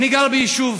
אני גר ביישוב.